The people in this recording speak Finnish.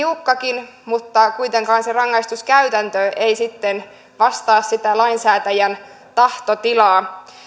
tiukkakin mutta kuitenkaan se rangaistuskäytäntö ei sitten vastaa sitä lainsäätäjän tahtotilaa